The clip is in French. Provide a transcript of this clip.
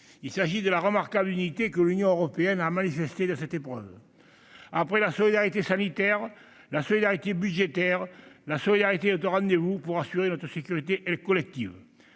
Il s'agit de la remarquable unité que l'Union européenne a manifestée dans cette épreuve Après la solidarité sanitaire et la solidarité budgétaire, la solidarité est au rendez-vous pour assurer notre sécurité collective.